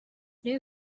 new